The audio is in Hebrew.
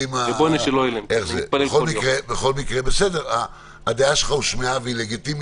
מצב ושום סיבה שהיא שוועדה לא יכולה לומר את דעתה.